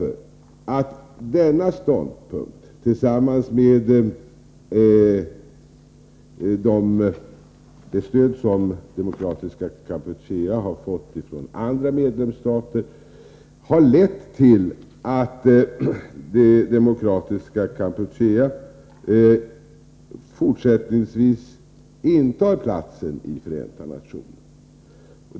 Den ståndpunkten tillsammans med det stöd som demokratiska Kampuchea fått från andra medlemsstater har lett till att demokratiska Kampuchea fortsättningsvis intar platsen i FN.